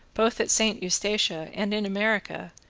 both at st. eustatia and in america,